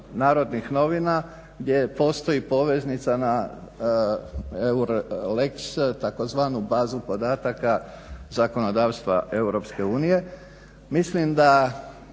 Narodnih novina gdje postoji poveznica na euro lex tzv. bazu podataka zakonodavstva Europske unije.